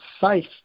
safe